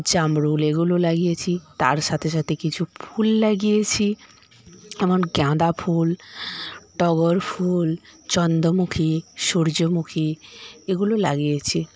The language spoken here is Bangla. জামরুল এগুলো লাগিয়েছি তার সাথে সাথে কিছু ফুল লাগিয়েছি এমন গাঁদা ফুল টগর ফুল চন্দ্রমুখী সূর্যমুখী এগুলো লাগিয়েছি